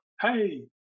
hey